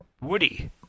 Woody